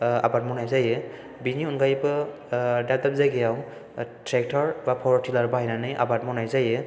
आबाद मावनाय जायो बेनि अनगायैबो दाब दाब जायगायाव थ्रेक्ट'र एबा पावार टिलार बाहायनानै आबाद मावनाय जायो